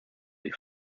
des